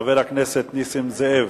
חבר הכנסת נסים זאב.